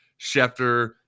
Schefter